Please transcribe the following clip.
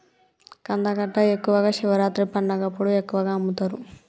కందగడ్డ ఎక్కువగా శివరాత్రి పండగప్పుడు ఎక్కువగా అమ్ముతరు